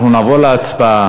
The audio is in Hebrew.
אנחנו נעבור להצבעה.